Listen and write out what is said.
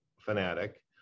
fanatic